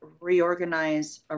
reorganize